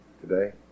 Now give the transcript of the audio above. today